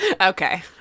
Okay